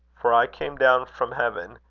for i came down from heaven,